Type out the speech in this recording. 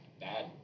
Bad